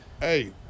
Hey